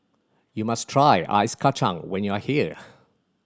you must try ice kacang when you are here